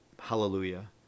Hallelujah